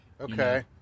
Okay